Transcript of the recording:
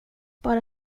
bara